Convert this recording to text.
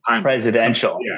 presidential